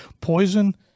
Poison